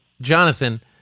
Jonathan